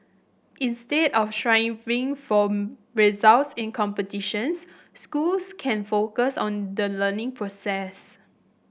instead of trying for results in competitions schools can focus on the learning process